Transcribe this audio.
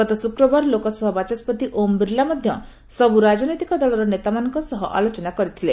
ଗତ ଶ୍ରକ୍ରବାର ଲୋକସଭା ବାଚସ୍କତି ଓମ୍ ବିର୍ଲା ମଧ୍ୟ ସବୁ ରାଜନୈତିକ ଦଳର ନେତାମାନଙ୍କ ସହ ଆଲୋଚନା କରିଥିଲେ